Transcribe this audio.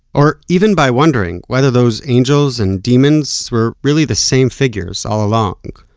or even by wondering whether those angels and demons were really the same figures all along.